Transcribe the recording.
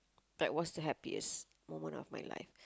like what's the happiest moment of my life